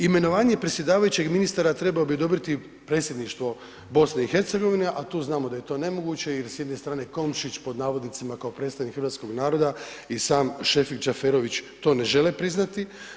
Imenovanje predsjedavajućeg ministra trebalo bi odobriti predsjedništvo BiH-a a tu znamo da je to nemoguće i da s jedne strane Komšić „kao predstavnik hrvatskog naroda“ i sam Šefik Džaferović, to ne žele priznati.